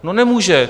No, nemůže.